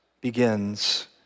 begins